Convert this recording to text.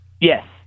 yes